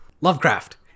Lovecraft